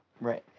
Right